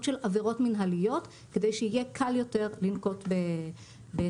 של עבירות מנהליות כדי שיהיה קל יותר לנקוט בסנקציות.